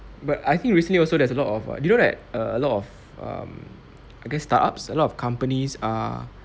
but I think recently also there's a lot of uh you know that a lot of um I guess start ups a lot of companies are